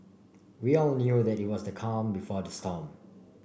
we all knew that it was the calm before the storm